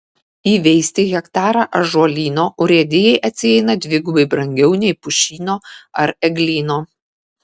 įveisti hektarą ąžuolyno urėdijai atsieina dvigubai brangiau nei pušyno ar eglyno